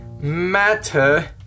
matter